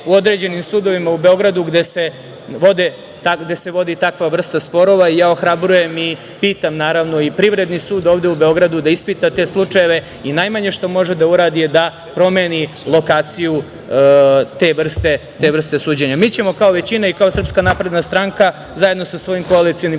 u određenim sudovima u Beogradu gde se vodi takva vrsta sporova. Ohrabrujem i pitam naravno i Privredni sud ovde u Beogradu da ispita te slučajeve i najmanje što može da uradi da promeni lokaciju te vrste suđenja. Mi ćemo kao većina i kao SNS, zajedno sa svojim koalicionom